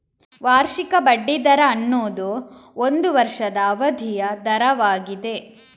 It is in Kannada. ವಾರ್ಷಿಕ ಬಡ್ಡಿ ದರ ಅನ್ನುದು ಒಂದು ವರ್ಷದ ಅವಧಿಯ ದರವಾಗಿದೆ